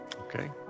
Okay